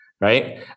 Right